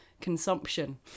consumption